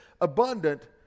abundant